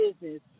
business